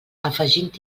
afegint